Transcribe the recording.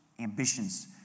ambitions